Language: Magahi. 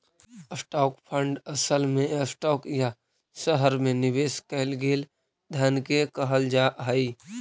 स्टॉक फंड असल में स्टॉक या शहर में निवेश कैल गेल धन के कहल जा हई